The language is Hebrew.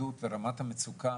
עדיין לא מצאו מיטות כדי להוסיף.